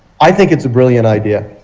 i think it is a brilliant idea.